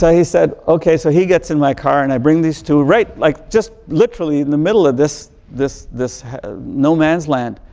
so he said, ok. so, he gets in my car and i bring this two right, like just literally in this middle of this this this no man's land.